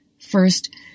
First